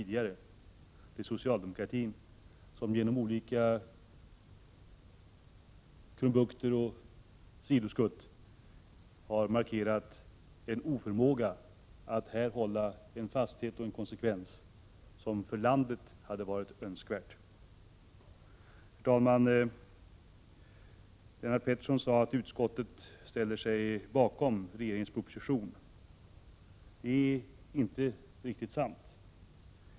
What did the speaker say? Det är socialdemokratin som genom olika krumbukter och sidoskutt har markerat sin oförmåga till fasthet och konsekvens som för landet hade varit önskvärd. Herr talman! Lennart Pettersson sade att utskottet ställer sig bakom regeringens proposition. Det är inte riktigt sant.